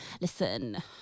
Listen